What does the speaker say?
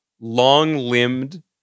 long-limbed